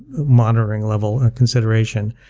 monitoring level consideration.